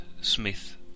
Smith